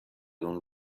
اون